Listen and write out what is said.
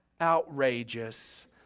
outrageous